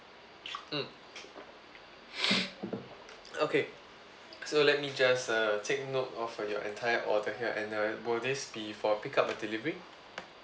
mm okay so let me just uh take note of your entire order here and uh will this be for pick up or delivery